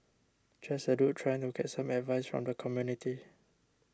just a dude trying to get some advice from the community